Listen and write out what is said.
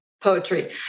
poetry